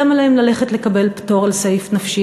למה להם ללכת לקבל פטור על סעיף נפשי